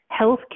healthcare